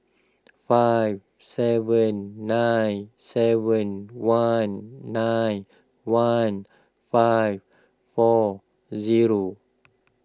five seven nine seven one nine one five four zero